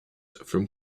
from